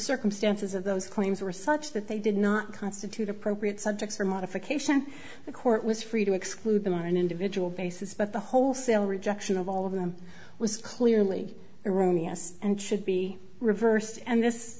circumstances of those claims were such that they did not constitute appropriate subjects for modification the court was free to exclude them or an individual basis but the wholesale rejection of all of them was clearly erroneous and should be reversed and this